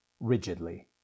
rigidly